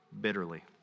bitterly